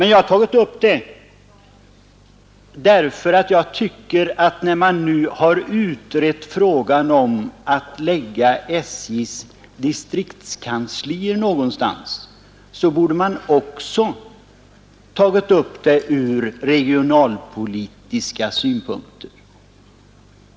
Jag har tagit upp detta problem därför att när man utrett frågan om förläggningen av SJ:s distriktskanslier, så borde man också ha övervägt problemet från regionalpolitiska synpunkter.